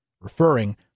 Referring